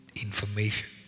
information